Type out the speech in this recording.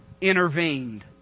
intervened